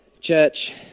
Church